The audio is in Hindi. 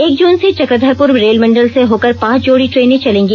एक जून से चक्रधरपुर रेलमंडल से होकर पांच जोड़ी ट्रेनें चलेंगी